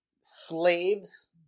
slaves